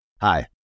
Hi